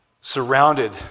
surrounded